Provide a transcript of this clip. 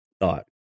thought